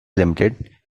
limited